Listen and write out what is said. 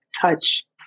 touch